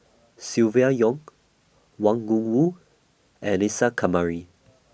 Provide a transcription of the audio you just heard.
Silvia Yong Wang Gungwu and Isa Kamari